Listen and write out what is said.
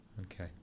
Okay